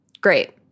great